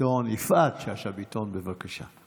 יפעת שאשא ביטון, בבקשה.